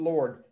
Lord